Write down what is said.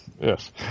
yes